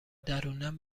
درونن